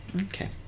Okay